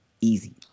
Easy